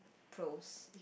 pros